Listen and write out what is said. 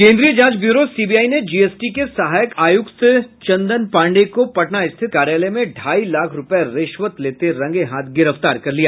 केन्द्रीय जांच bureau CBI ने जीएसटी के सहायक आयुक्त चंदन पांडेय को पटना स्थित कार्यालय में ढ़ाई लाख रुपये रिश्वत लेते रंगे हाथ गिरफ्तार कर लिया